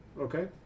okay